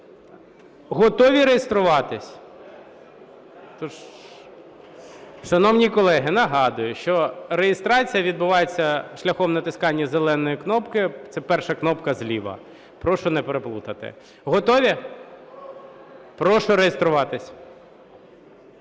Готові реєструватись? Шановні колеги, нагадую, що реєстрація відбувається шляхом натискання зеленої кнопки – це перша кнопка зліва. Прошу не переплутати. Готові? Прошу реєструватись.